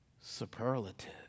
superlative